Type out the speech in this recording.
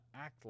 act